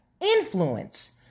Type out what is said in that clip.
influence